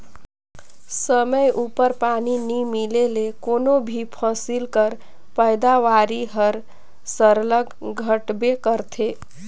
समे उपर पानी नी मिले ले कोनो भी फसिल कर पएदावारी हर सरलग घटबे करथे